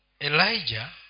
Elijah